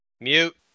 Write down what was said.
Mute